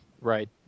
Right